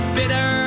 bitter